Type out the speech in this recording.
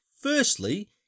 Firstly